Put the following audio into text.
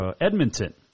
Edmonton